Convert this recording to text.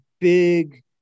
big